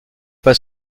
pas